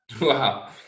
Wow